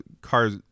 car's